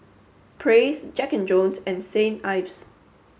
praise Jack and Jones and Saint Ives